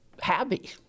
happy